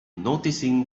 noticing